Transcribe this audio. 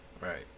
Right